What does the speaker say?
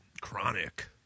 Chronic